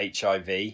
HIV